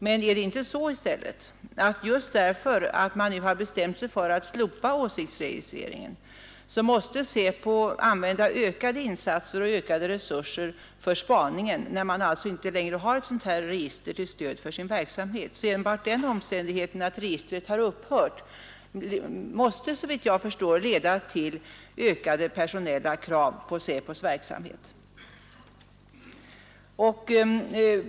Men är det inte i stället så, att just för att man nu har bestämt sig för att slopa åsiktsregistrering måste SÄPO använda ökade resurser för spaningen, eftersom man inte längre har ett register som stöd för sin verksamhet? Enbart den omständigheten att registren har upphört måste, såvitt jag förstår, leda till ökade personella krav på SÄPO:s verksamhet.